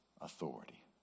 authority